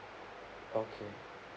okay